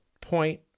point